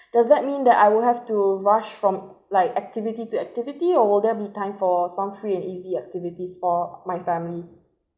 does that mean that I will have to rush from like activity to activity or will there be time for some free and easy activities for my family